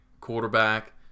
quarterback